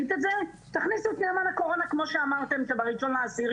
תכניסו את נאמן הקורונה כמו שאמרתם שב-1 באוקטובר